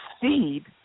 seed